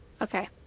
Okay